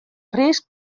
risc